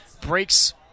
Breaks